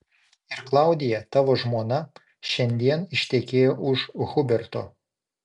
ir klaudija tavo žmona šiandien ištekėjo už huberto